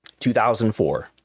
2004